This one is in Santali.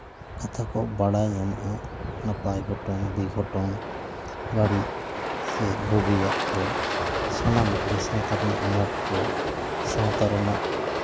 ᱠᱟᱛᱷᱟ ᱠᱚ ᱵᱟᱲᱟᱭ ᱧᱟᱢᱚᱜᱼᱟ ᱱᱟᱯᱟᱭ ᱜᱷᱚᱴᱚᱱ ᱵᱮᱼᱜᱷᱚᱴᱚᱱ ᱵᱟᱹᱲᱤᱡ ᱥᱮ ᱵᱳᱜᱮᱭᱟᱜ ᱠᱚ ᱥᱟᱱᱟᱢᱟᱜ ᱜᱮ ᱥᱟᱶᱛᱟ ᱨᱮᱱᱟᱜ ᱟᱱᱟᱴ ᱠᱚ ᱥᱟᱶᱛᱟ ᱨᱮᱱᱟᱜ